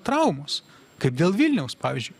traumos kaip dėl vilniaus pavyzdžiui